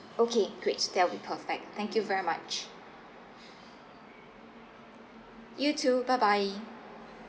okay great that will be perfect thank you very much you too bye bye